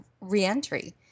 re-entry